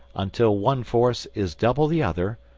until one force is double the other,